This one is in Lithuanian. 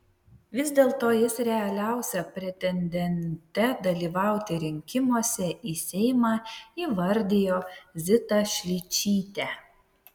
vis dėlto jis realiausia pretendente dalyvauti rinkimuose į seimą įvardijo zitą šličytę